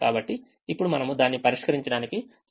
కాబట్టి ఇప్పుడు మనము దానిని పరిష్కరించడానికి సిద్ధంగా ఉన్నాము